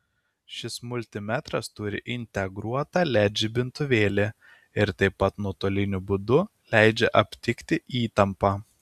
šis multimetras turi integruotą led žibintuvėlį ir taip pat nuotoliniu būdu leidžia aptikti įtampą